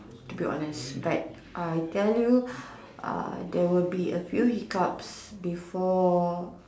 to be honest but I tell you uh there will be a few hiccups before